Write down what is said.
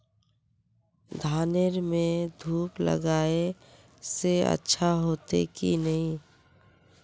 धानेर में धूप लगाए से अच्छा होते की नहीं?